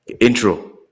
Intro